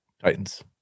Titans